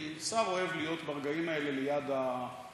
כי שר אוהב להיות ברגעים האלה ליד ההצלחה,